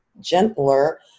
gentler